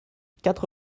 quatre